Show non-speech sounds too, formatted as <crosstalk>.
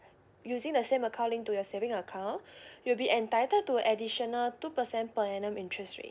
using the same account to your saving account <breath> you'll be entitled to additional two percent per annum interest rate